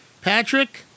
Patrick